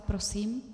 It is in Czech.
Prosím.